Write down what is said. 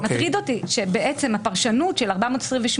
מטריד אותי שבעצם הפרשנות של 428,